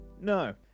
no